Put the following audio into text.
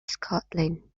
scotland